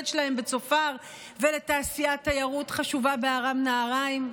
שלהם בצופר ותעשיית תיירות חשובה בארם נהריים.